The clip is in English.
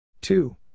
two